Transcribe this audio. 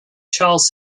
charles